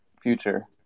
future